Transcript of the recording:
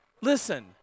Listen